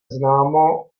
známo